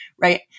Right